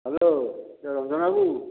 hello କିଏ ରଞ୍ଜନ ବାବୁ